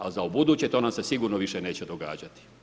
A za ubuduće to nam se sigurno više neće događati.